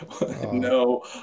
No